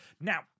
Now